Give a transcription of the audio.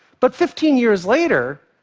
but fifteen years later,